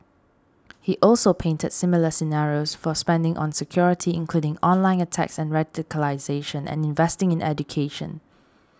he also painted similar scenarios for spending on security including online attacks and radicalisation and investing in education